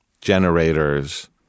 generators